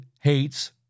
hates